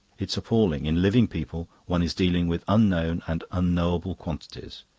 it's appalling in living people, one is dealing with unknown and unknowable quantities.